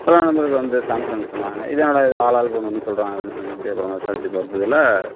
சில நண்பர்கள் வந்து சாம்சங் சொன்னாங்க இது என்னடா இது ஆளாளுக்கு ஒன்று ஒன்று சொல்றாங்களேன் சொல்லிவிட்டு அப்புறோம் விசாரிச்சு பார்த்ததுல